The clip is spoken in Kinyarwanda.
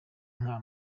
nka